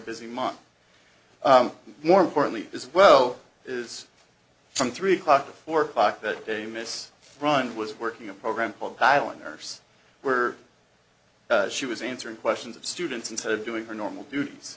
busy month more importantly as well is from three o'clock to four o'clock that day miss ryan was working a program called piling nurse were she was answering questions of students instead of doing her normal duties